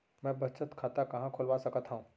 मै बचत खाता कहाँ खोलवा सकत हव?